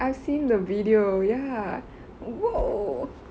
I've seen the video ya !whoa!